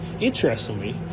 interestingly